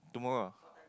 tomorrow ah